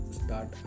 start